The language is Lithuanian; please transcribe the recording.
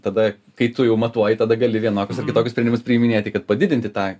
tada kai tu jau matuoji tada gali vienokius ar kitokius spendimus priiminėti kad padidinti tą